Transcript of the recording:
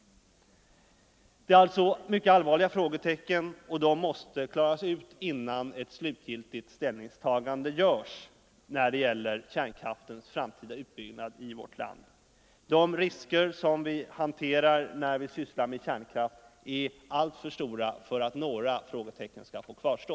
Det är alltså mycket allvarliga frågetecken, och de måste tas bort innan ett slutgiltigt ställningstagande görs när det gäller kärnkraftens framtida utbyggnad i vårt land. De risker som vi har att göra med när man sysslar med kärnkraft är alltför stora för att några frågetecken skall få kvarstå.